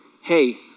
Hey